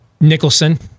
Nicholson